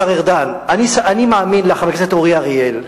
השר ארדן, אני מאמין לחבר הכנסת אורי אריאל.